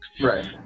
right